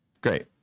Great